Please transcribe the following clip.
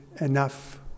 enough